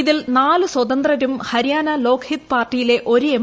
ഇതിൽ നാല് സ്വതന്ത്രരും ഹരിയാന ലോക്ഹിത് പാർട്ടിയിലെ ഒരു എം